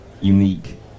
unique